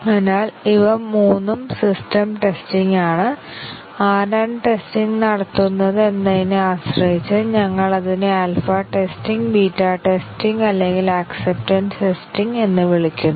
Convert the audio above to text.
അതിനാൽ ഇവ മൂന്നും സിസ്റ്റം ടെസ്റ്റിംഗാണ് ആരാണ് ടെസ്റ്റിങ് നടത്തുന്നത് എന്നതിനെ ആശ്രയിച്ച് ഞങ്ങൾ അതിനെ ആൽഫ ടെസ്റ്റിംഗ് ബീറ്റ ടെസ്റ്റിംഗ് അല്ലെങ്കിൽ ആക്സപ്പ്ടെൻസ് ടെസ്റ്റിങ് എന്ന് വിളിക്കുന്നു